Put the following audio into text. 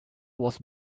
was